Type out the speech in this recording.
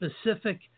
specific